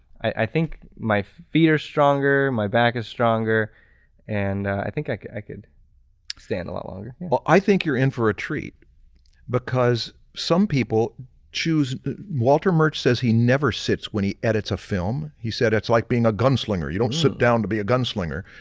i think my feet are stronger, my back is stronger and i think like i could stand a lot longer. marshall well, i think you're in for a treat because some people choose walter murch says he never sits when he edits a film. he said, it's like being a gunslinger. you don't sit down to be a gunslinger,